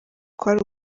kwari